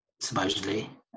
supposedly